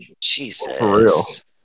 Jesus